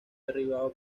derribado